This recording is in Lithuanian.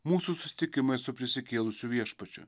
mūsų susitikimais su prisikėlusiu viešpačiu